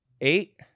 Eight